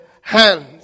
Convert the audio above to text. hands